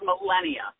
millennia